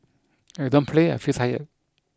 if I don't play I feel tired